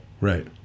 Right